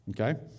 Okay